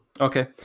Okay